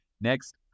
next